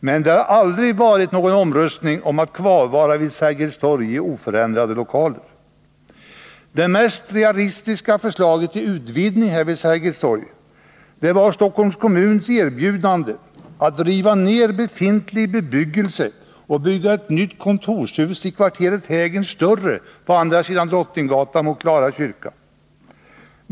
Men det har aldrig varit någon omröstning om att kvarvara vid Sergels torg i oförändrade lokaler. Det mest realistiska förslaget till utvidgning vid Sergels torg var Stockholms kommuns erbjudande att riva ned befintlig bebyggelse och bygga ett nytt kontorshus i kvarteret Hägern Större på andra sidan Drottninggatan mot Klara kyrka.